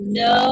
no